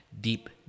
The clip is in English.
deep